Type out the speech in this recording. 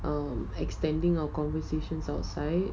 um extending our conversations outside